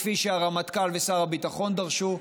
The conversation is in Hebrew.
כפי שהרמטכ"ל ושר הביטחון דרשו,